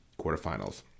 quarterfinals